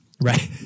right